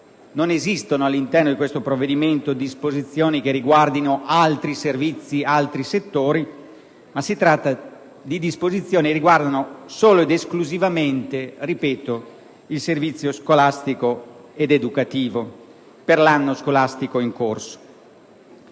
non esistono al suo interno disposizioni che riguardino altri servizi o altri settori; si tratta di disposizioni che riguardano solo ed esclusivamente, ripeto, il servizio scolastico ed educativo per l'anno scolastico in corso.